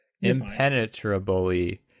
Impenetrably